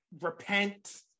repent